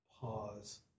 pause